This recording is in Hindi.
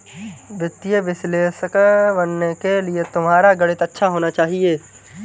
वित्तीय विश्लेषक बनने के लिए तुम्हारा गणित अच्छा होना चाहिए